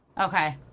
Okay